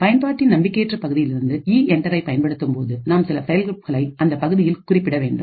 பயன்பாட்டின் நம்பிக்கையற்ற பகுதியிலிருந்து இஎன்டர்ஐ பயன்படுத்தும்போது நாம் சில செயல்களை அந்த பகுதியில் குறிப்பிட வேண்டும்